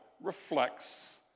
reflects